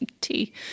tea